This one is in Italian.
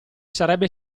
sarebbe